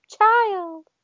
child